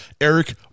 Eric